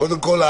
קודם כל,